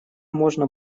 можно